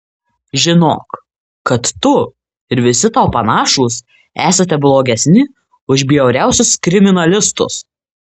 žinok kad tu ir visi tau panašūs esate blogesni už bjauriausius kriminalistus